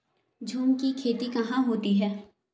झूम की खेती कहाँ होती है?